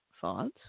thoughts